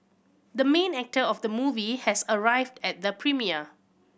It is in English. the main actor of the movie has arrived at the premiere